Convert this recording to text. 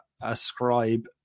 ascribe